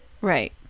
right